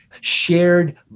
shared